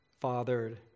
fathered